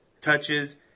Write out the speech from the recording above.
touches